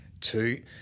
two